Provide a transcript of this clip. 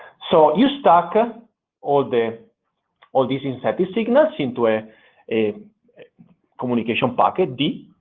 so you stuck ah all the all these incentive signals into a a communicate um packet, d,